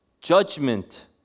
Judgment